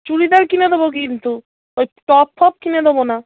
চুড়িদার কিনে দেবো কিন্তু ওই টপ ফপ কিনে দেবো না